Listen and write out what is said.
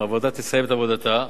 הוועדה תסיים את עבודתה.